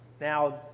Now